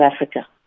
Africa